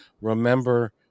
remember